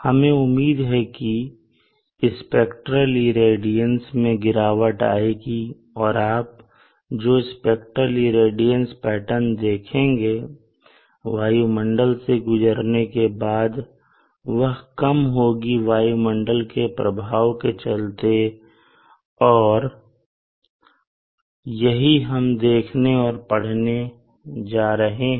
हमें उम्मीद है कि स्पेक्ट्रल इरेडियंस मैं गिरावट आएगी और आप जो स्पेक्ट्रल इरेडियंस पैटर्न देखेंगे वायुमंडल से गुजरने के बाद वह कम होगी वायुमंडल के प्रभाव के चलते और यही हम देखने और पढ़ने जा रहे हैं